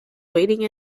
waiting